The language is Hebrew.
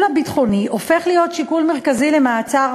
הביטחוני הופך להיות שיקול מרכזי למעצר,